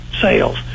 sales